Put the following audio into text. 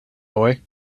boy